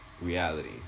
reality